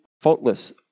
faultless